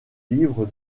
livre